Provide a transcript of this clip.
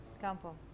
Campo